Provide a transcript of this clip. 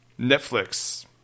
Netflix